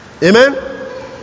Amen